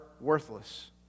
worthless